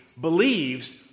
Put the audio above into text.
believes